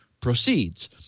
proceeds